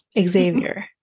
Xavier